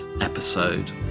episode